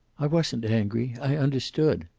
i wasn't angry. i understood.